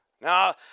Now